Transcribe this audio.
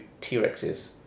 T-rexes